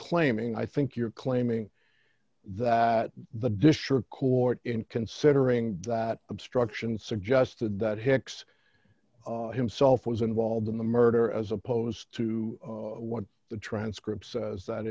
claiming i think you're claiming that the district court in consider being that obstruction suggested that hicks himself was involved in the murder as opposed to what the transcripts as